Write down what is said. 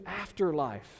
afterlife